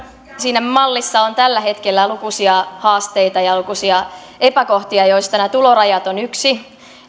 siinä mallissa on tällä hetkellä lukuisia haasteita ja lukuisia epäkohtia joista nämä tulorajat ovat yksi